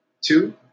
two